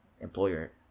employer